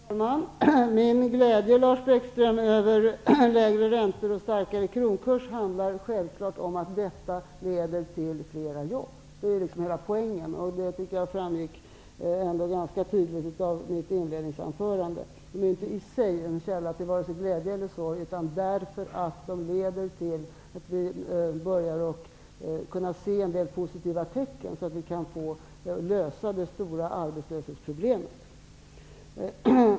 Fru talman! Min glädje, Lars Bäckström, över lägre räntor och starkare kronkurs handlar självfallet om att detta leder till flera jobb. Detta är liksom hela poängen. Det tycker jag ändå ganska tydligt framgick av mitt inledningsanförande. Det är i sig ingen källa till vare sig glädje eller sorg, men det leder till att vi kan börja att se en del positiva tecken, så att vi kan lösa det stora arbetslöshetsproblemet.